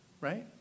right